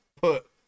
put